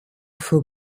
für